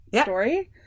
story